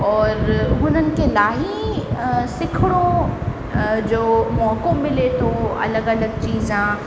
और हुननि खे इलाही सिखणो जो मौक़ो मिले थो अलॻि अलॻि चीज़ा